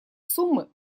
суммы